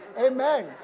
Amen